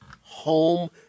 home